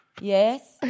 Yes